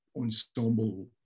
ensemble